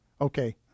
Okay